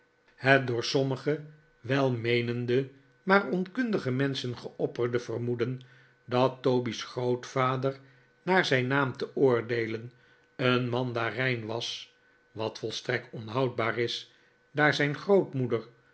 het door sommige welmeenende maar onkundige menschen geopperde vermoeden dat toby's grootvader naar zijn naam te oordeelen een mandarijn was wat vojstrekt onhoudbaar is daar zijn grootmoeder